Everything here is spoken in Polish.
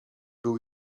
był